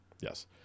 Yes